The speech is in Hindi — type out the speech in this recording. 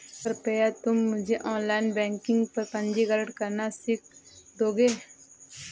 कृपया तुम मुझे ऑनलाइन बैंकिंग पर पंजीकरण करना सीख दोगे?